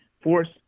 force